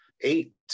eight